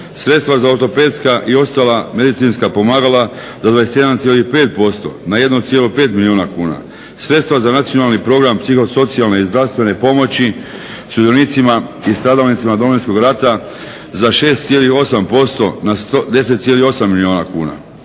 Sredstva za ortopedska i ostala medicinska pomagala za 21,5% na 1,5 milijuna kuna. Sredstva za nacionalni program psihosocijalne i zdravstvene pomoći sudionicima i stradalnicima Domovinskog rata za 6,8% na 10,8 milijuna kuna.